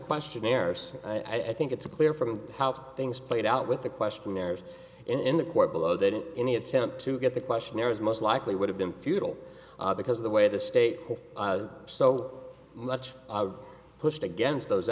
questionnaires i think it's clear from how things played out with the questionnaires in the court below that any attempt to get the questionnaire is most likely would have been futile because of the way the state so let's pushed against those